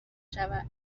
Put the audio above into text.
شود